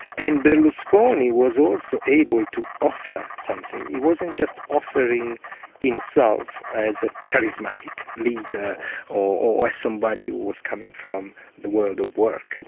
and berlusconi was also able to offer something. he wasn't just offering himself as a charismatic leader or somebody who was coming from the world of work,